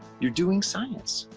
you're doing science.